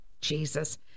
Jesus